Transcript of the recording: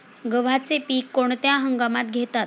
गव्हाचे पीक कोणत्या हंगामात घेतात?